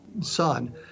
son